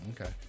Okay